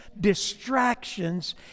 distractions